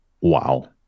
wow